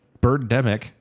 Birdemic